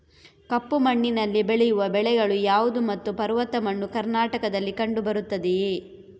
ಕಪ್ಪು ಮಣ್ಣಿನಲ್ಲಿ ಬೆಳೆಯುವ ಬೆಳೆಗಳು ಯಾವುದು ಮತ್ತು ಪರ್ವತ ಮಣ್ಣು ಕರ್ನಾಟಕದಲ್ಲಿ ಕಂಡುಬರುತ್ತದೆಯೇ?